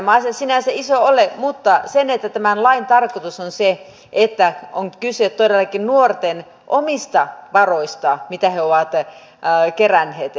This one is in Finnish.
eihän tämä asia sinänsä iso ole mutta tämän lain tarkoitus on se että on kyse todellakin nuorten omista varoista mitä he ovat keränneet